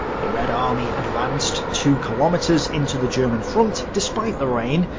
the red army advanced two kilometers into the german front, despite the rain,